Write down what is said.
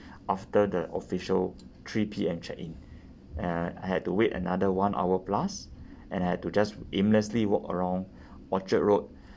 after the official three P_M check in uh I had to wait another one hour plus and I had to just aimlessly walk around orchard road